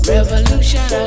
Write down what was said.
Revolution